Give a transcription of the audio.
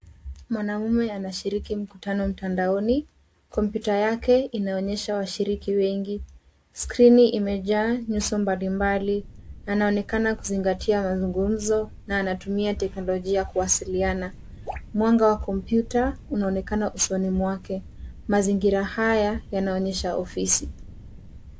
Mwanaume anashiriki mkutano mtandaoni. Kompyuta yake inaonyesha washiriki wengi. Skrini imejaa nyuso mbalimbali na anaonekana kuzingatia mazugumzo na anatumia teknolojia kuwasiliana. Mwanga wa kompyuta unaonekana usoni mwake. Mazingira haya yanaonyesha ofisi.